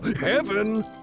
heaven